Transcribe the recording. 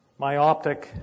myoptic